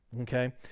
Okay